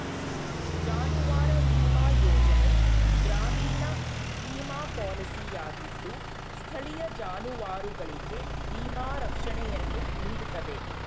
ಜಾನುವಾರು ವಿಮಾ ಯೋಜನೆ ಗ್ರಾಮೀಣ ವಿಮಾ ಪಾಲಿಸಿಯಾಗಿದ್ದು ಸ್ಥಳೀಯ ಜಾನುವಾರುಗಳಿಗೆ ವಿಮಾ ರಕ್ಷಣೆಯನ್ನು ನೀಡ್ತದೆ